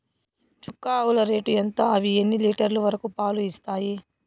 చుక్క ఆవుల రేటు ఎంత? అవి ఎన్ని లీటర్లు వరకు పాలు ఇస్తాయి?